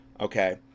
Okay